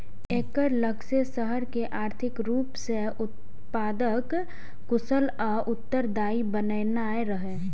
एकर लक्ष्य शहर कें आर्थिक रूप सं उत्पादक, कुशल आ उत्तरदायी बनेनाइ रहै